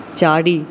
चारि